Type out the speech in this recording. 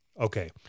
Okay